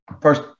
first